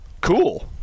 Cool